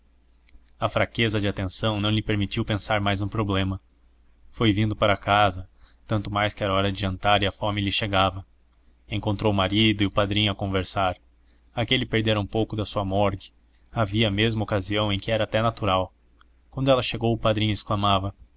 a fraqueza de atenção não lhe permitiu pensar mais no problema foi vindo para casa tanto mais que era hora de jantar e a fome lhe chegava encontrou o marido e o padrinho a conversar aquele perdera um pouco da sua morgue havia mesmo ocasião em que era até natural quando ela chegou o padrinho exclamava